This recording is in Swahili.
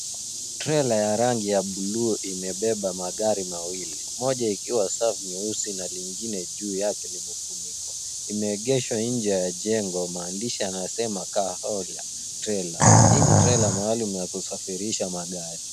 Trela ya rangi ya bluu imebeba magari mawili. Moja ikiwa safi nyeusi na lingine juu yake limefunikwa. Imeegeshwa nje ya jengo maandishi yanayosema Car Hauler Trailer . Hii ni trela maalum ya kusafirisha magari.